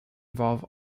involve